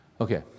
Okay